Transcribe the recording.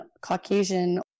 Caucasian